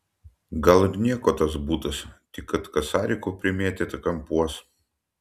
gal ir nieko tas butas tik kad kasarikų primėtyta kampuos